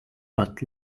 but